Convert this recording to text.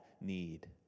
need